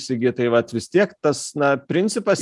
sigitai vat vis tiek tas na principas